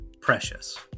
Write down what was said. precious